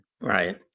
right